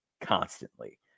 constantly